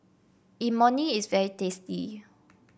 Imoni is very tasty